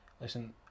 listen